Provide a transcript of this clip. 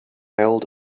held